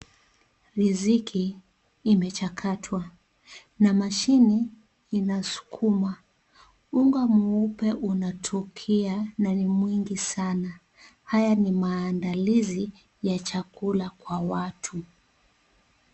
Riziki imechakatwa na mashine inasukuma unga mweupe unatokea na ni mwingi sana haya ni maandalizi ya chakula kwa watu.